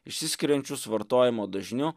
išsiskiriančius vartojimo dažniu